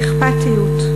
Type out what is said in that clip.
האכפתיות,